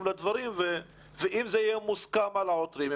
על דברים ואם זה יהיה מוסכם על העותרים,